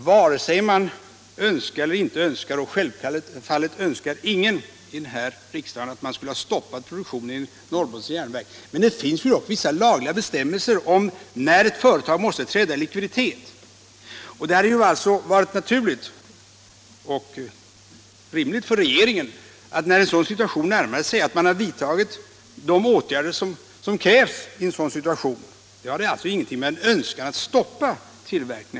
Vare sig man önskar eller inte önskar — och självfallet önskade ingen i den här riksdagen att man skulle ha stoppat produktionen i Norrbottens Järnverk — finns det dock vissa lagliga bestämmelser om när ett företag måste träda i likvidation. Det hade alltså varit naturligt och rimligt för regeringen att när en sådan situation närmade sig vidta de åtgärder som krävs i en sådan situation. Det har alltså ingenting att göra med någon önskan att stoppa tillverkningen.